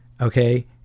okay